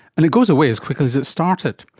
and it goes away as quickly as it started.